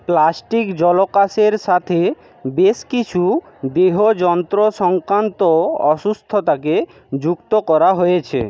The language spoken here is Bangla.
প্লাস্টিক জলকোষের সাথে বেশ কিছু দেহযন্ত্র সংক্রান্ত অসুস্থতাকে যুক্ত করা হয়েছে